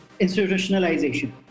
institutionalization